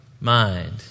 mind